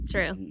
true